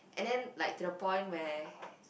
and then like to the point where